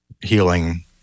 healing